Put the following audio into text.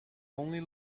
only